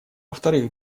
вторых